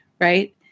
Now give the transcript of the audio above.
right